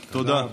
תודה.